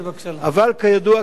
אבל כידוע,